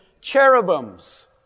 cherubims